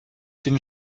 den